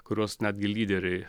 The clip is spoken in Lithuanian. kurios netgi lyderiai